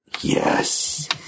Yes